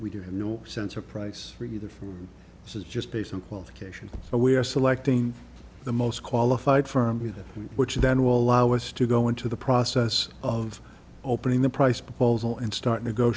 we do have no sense of price for either from this is just based on qualifications but we are selecting the most qualified firm with which then will allow us to go into the process of opening the price proposal and start